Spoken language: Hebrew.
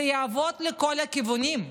זה יעבוד לכל הכיוונים.